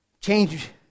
Change